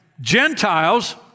Gentiles